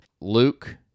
Luke